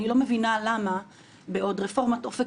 אני לא מבינה למה בעוד רפורמת "אופק